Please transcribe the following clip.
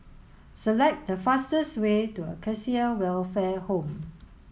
select the fastest way to Acacia Welfare Home